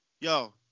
yo